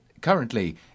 currently